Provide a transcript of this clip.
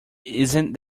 isn’t